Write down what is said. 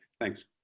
Thanks